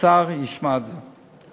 האוצר ישמע את זה.